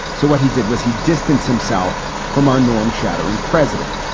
so what he did was he distance himself from our norm, shattering president.